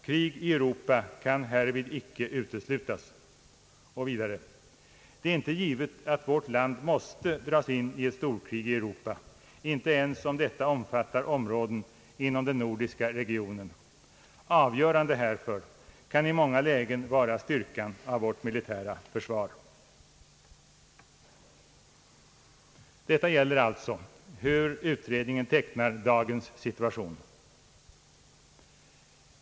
Krig i Europa kan härvid inte uteslutas. ——— Det är inte givet att vårt land måste dras in i ett storkrig i Europa, inte ens om detta omfattar områden inom den nordiska regionen. Avgörande härför kan i många lägen vara styrkan av vårt militära försvar.» Det är alltså dagens situation som utredningen tecknar på detta sätt.